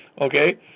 Okay